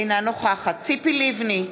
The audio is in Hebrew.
אינה נוכחת ציפי לבני,